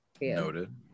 noted